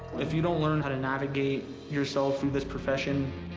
if you don't learn how to navigate yourself through this profession,